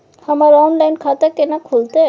हमर ऑनलाइन खाता केना खुलते?